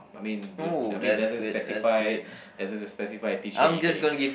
I mean I mean it doesn't specify doesn't specify a teacher in that is